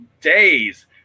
days